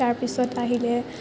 তাৰপিছত আহিলে